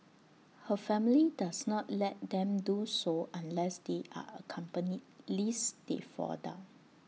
her family does not let them do so unless they are accompanied lest they fall down